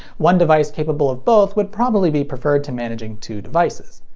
one device capable of both would probably be preferred to managing two devices.